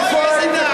הופה, הגעת?